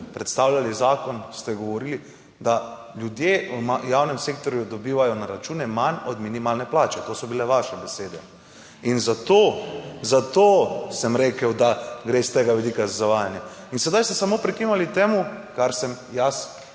predstavljali zakon, govorili, da ljudje v javnem sektorju dobivajo na račune manj od minimalne plače; to so bile vaše besede. Zato sem rekel, da gre s tega vidika za zavajanje. In zdaj ste samo prikimali temu, kar sem jaz